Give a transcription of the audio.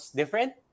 different